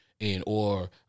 and/or